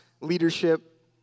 leadership